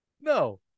No